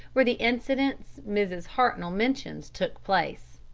where the incidents mrs. hartnoll mentions took place.